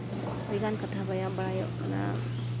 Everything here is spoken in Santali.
ᱟᱹᱰᱤᱜᱟᱱ ᱠᱟᱛᱷᱟ ᱵᱟᱲᱟᱭᱚᱜ ᱠᱟᱱᱟ